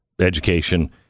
education